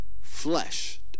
flesh